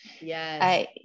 Yes